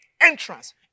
entrance